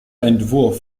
entwurf